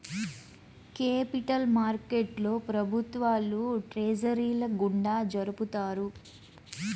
capital మార్కెట్లో ప్రభుత్వాలు ట్రెజరీల గుండా జరుపుతాయి